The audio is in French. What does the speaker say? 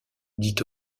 dit